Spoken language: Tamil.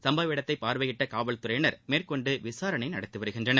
சம்பவ இடத்தை பார்வையிட்ட காவல்துறையினர் மேற்கொண்டு விசாரணை நடத்தி வருகின்றனர்